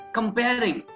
Comparing